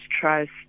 trust